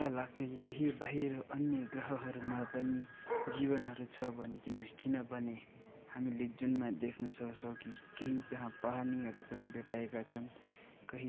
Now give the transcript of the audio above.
मलाई लाग्छ कि केही बाहिर अन्य ग्रहहरूमा पनि जीवनहरू छ भनिकिन किनभने हामीले जुनमा देख्न सक्छौँ कि केही त्यहाँ पानीहरू पनि भेटाएका छन् कहिले